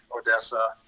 Odessa